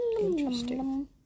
Interesting